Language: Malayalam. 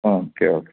ആ ഓക്കെ ഓക്കെ